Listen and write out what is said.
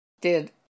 did